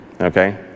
Okay